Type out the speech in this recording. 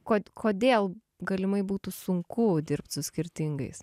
kod kodėl galimai būtų sunku dirbt su skirtingais